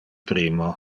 primo